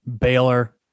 Baylor